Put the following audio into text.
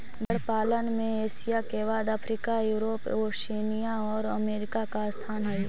भेंड़ पालन में एशिया के बाद अफ्रीका, यूरोप, ओशिनिया और अमेरिका का स्थान हई